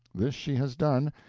this she has done,